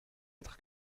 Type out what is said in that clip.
être